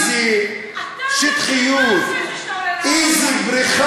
אתה בעצמך עושה את זה כשאתה עולה להר-הבית,